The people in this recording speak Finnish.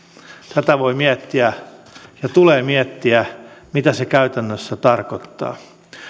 tätä voi miettiä ja tulee miettiä mitä se käytännössä tarkoittaa